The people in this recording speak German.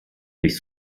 nicht